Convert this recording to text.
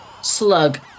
slug